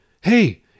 hey